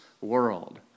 world